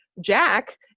Jack